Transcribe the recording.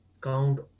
count